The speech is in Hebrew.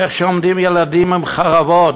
איך שעומדים ילדים עם חרבות,